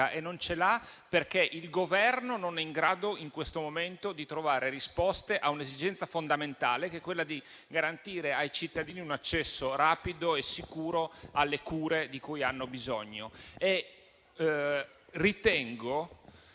Non ce l'ha perché il Governo non è in grado in questo momento di trovare risposte a un'esigenza fondamentale, ossia quella di garantire ai cittadini un accesso rapido e sicuro alle cure di cui hanno bisogno.